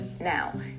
Now